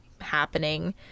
happening